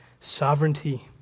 sovereignty